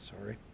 sorry